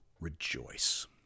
rejoice